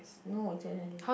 no it's expensive